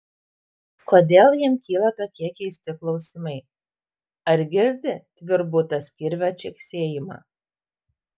kodėl jam kyla tokie keisti klausimai ar girdi tvirbutas kirvio čeksėjimą